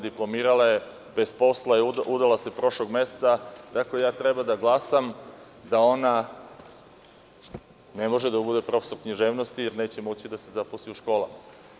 Diplomirala je, bez posla je, udala se prošlog meseca, i tako ja treba da glasam da ona ne može da bude profesor književnosti, jer neće moći da se zaposli u školama.